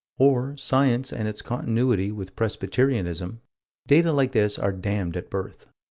or science and its continuity with presbyterianism data like this are damned at birth.